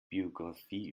biografie